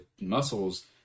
muscles